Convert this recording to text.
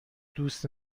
دوست